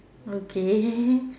okay